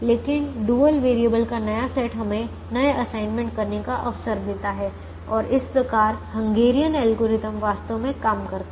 लेकिन dual variable का नया सेट हमें नए असाइनमेंट करने का अवसर देता है और इस प्रकार हंगेरियन एल्गोरिथम वास्तव में काम करता है